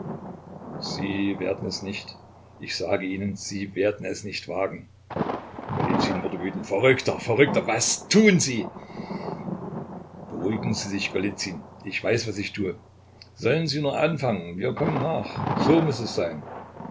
sie werden es nicht ich sage ihnen sie werden es nicht wagen golizyn wurde wütend verrückter verrückter was tun sie beruhigen sie sich golizyn ich weiß was ich tue sollen sie nur anfangen wir kommen nach so muß es sein